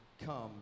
come